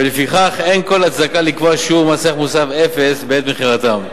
ולפיכך אין כל הצדקה לקבוע שיעור מע"מ אפס בעת מכירתם.